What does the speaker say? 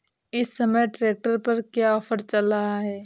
इस समय ट्रैक्टर पर क्या ऑफर चल रहा है?